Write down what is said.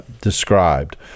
described